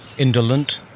indolent.